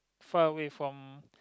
far away from